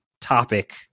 topic